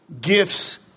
Gifts